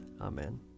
Amen